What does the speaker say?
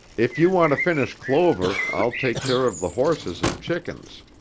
if you want to finish clover, i'll take care of the horses and chickens.